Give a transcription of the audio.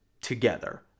together